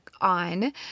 on